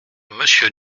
monsieur